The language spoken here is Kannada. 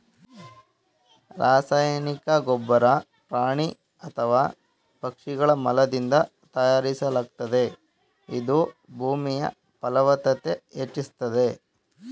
ರಾಸಾಯನಿಕ ಗೊಬ್ಬರ ಪ್ರಾಣಿ ಅಥವಾ ಪಕ್ಷಿಗಳ ಮಲದಿಂದ ತಯಾರಿಸಲಾಗ್ತದೆ ಇದು ಭೂಮಿಯ ಫಲವ್ತತತೆ ಹೆಚ್ಚಿಸ್ತದೆ